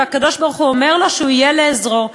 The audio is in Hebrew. והקדוש-ברוך-הוא אומר לו שהוא יהיה לעזרו,